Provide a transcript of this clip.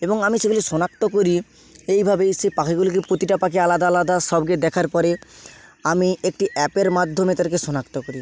এবং আমি সেগুলি শনাক্ত করি এইভাবে সেই পাখিগুলোকে প্রতিটা পাখি আলাদা আলাদা সবকে দেখার পরে আমি একটি অ্যাপের মাধ্যমে তাদেরকে শনাক্ত করি